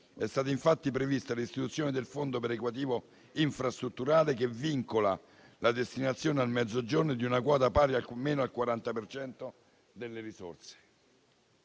È stata, infatti, prevista l'istituzione di un fondo perequativo infrastrutturale, che vincola la destinazione al Mezzogiorno di una quota pari almeno al 40 per cento delle risorse.